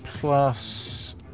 plus